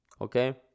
Okay